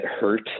hurt